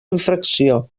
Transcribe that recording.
infracció